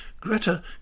Greta